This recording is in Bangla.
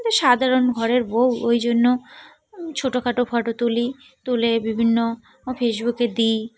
কিন্তু সাধারণ ঘরের বউ ওই জন্য ছোটোখাটো ফটো তুলি তুলে বিভিন্ন ফেসবুকে দিই